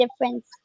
difference